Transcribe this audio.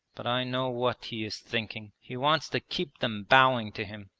but i know what he is thinking. he wants to keep them bowing to him.